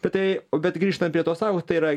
kad tai bet grįžtant prie tos sąvokos tai yra